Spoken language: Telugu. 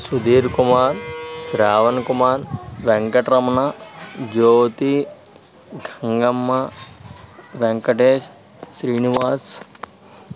సుధీర్ కుమార్ శ్రావణ్ కుమార్ వెంకట రమణ జ్యోతి గంగమ్మ వెంకటేష్ శ్రీనివాస్